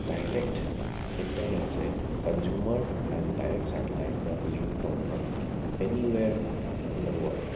direct ꯏꯟꯇꯔꯅꯦꯠꯁꯦ consumer and direct ꯁꯦꯇꯤꯂꯥꯏꯠꯀ link ꯇꯧꯔꯒ ꯑꯅꯤꯋꯦꯔ ꯏꯟ ꯗ ꯋꯔꯜ꯭ꯗ